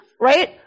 right